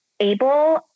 able